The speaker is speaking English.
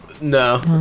No